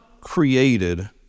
created